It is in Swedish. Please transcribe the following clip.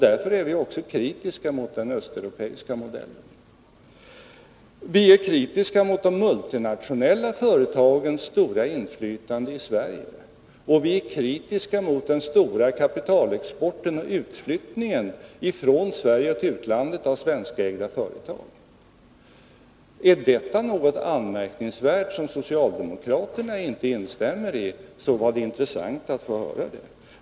Därför är vi också kritiska mot den östeuropeiska modellen. Vi är kritiska mot de multinationella företagens stora inflytande i Sverige, och vi är kritiska mot den stora kapitalexporten och utflyttningen från Sverige till utlandet av svenskägda företag. Är detta någonting anmärkningsvärt, som socialdemokraterna inte instämmer i, så vore det intressant att få höra detta.